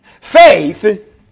Faith